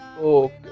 Okay